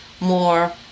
more